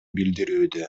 билдирүүдө